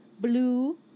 blue